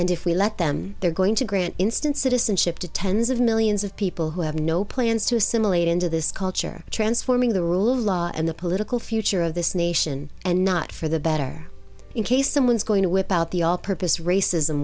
and if we let them they're going to grant instant citizenship to tens of millions of people who have no plans to assimilate into this culture transforming the rule of law and the political future of this nation and not for the better in case someone is going to whip out the all purpose racism